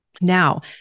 Now